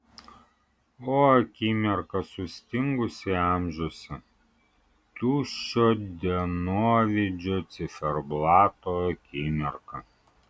o akimirka sustingusi amžiuose tuščio dienovidžio ciferblato akimirka